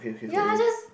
ya just